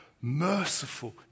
merciful